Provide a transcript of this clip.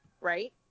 right